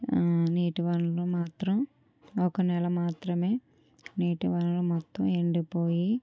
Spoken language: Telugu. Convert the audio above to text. ఆ నీటి వనరులు మాత్రం ఒక నెల మాత్రమే నీటి వనరులు మొత్తం ఎండిపోయి